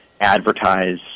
advertise